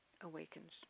awakens